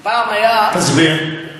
תסביר.